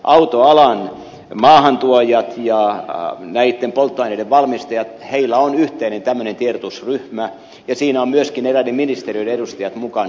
autoalan maahantuojilla ja polttoaineiden valmistajilla on yhteinen tiedotusryhmä ja siinä on myöskin eräiden ministeriöiden edustajat mukana